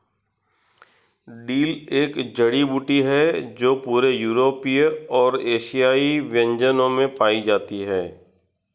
dill एक जड़ी बूटी है जो पूरे यूरोपीय और एशियाई व्यंजनों में पाई जाती है